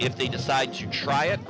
if they decide to try it